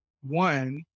one